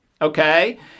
Okay